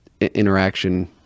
interaction